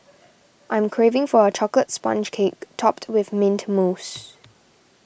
I am craving for a Chocolate Sponge Cake Topped with Mint Mousse